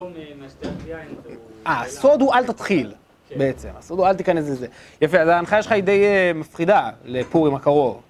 אה, הסוד הוא אל תתחיל, בעצם, הסוד הוא אל תיכנס לזה. יפה, אז ההנחייה שלך היא די מפחידה, לפורים הקרוב...